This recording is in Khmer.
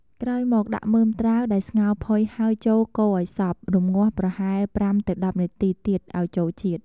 ក្រោយមក ដាក់មើមត្រាវដែលស្ងោរផុយហើយចូលកូរឱ្យសព្វ រម្ងាស់ប្រហែល ៥ ទៅ ១០ នាទីទៀតឱ្យចូលជាតិ។